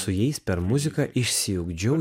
su jais per muziką išsiugdžiau